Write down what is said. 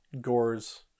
gores